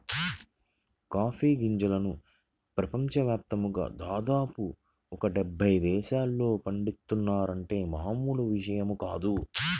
coffee గింజలను ప్రపంచ యాప్తంగా దాదాపు ఒక డెబ్బై దేశాల్లో పండిత్తున్నారంటే మామూలు విషయం కాదు